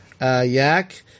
Yak